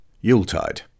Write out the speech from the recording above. Yuletide